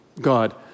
God